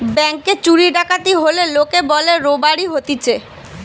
ব্যাংকে চুরি ডাকাতি হলে লোকে বলে রোবারি হতিছে